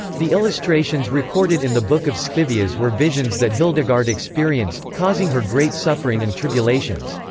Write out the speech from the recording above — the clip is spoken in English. the illustrations recorded in the book of scivias were visions that hildegard experienced, causing her great suffering and tribulations.